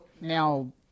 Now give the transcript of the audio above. now